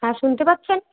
হ্যাঁ শুনতে পাচ্ছেন